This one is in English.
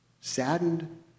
saddened